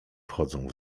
wchodzą